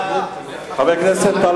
חברי חברי הכנסת,